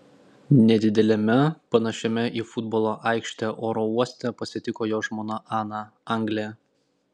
nedideliame panašiame į futbolo aikštę oro uoste pasitiko jo žmona ana anglė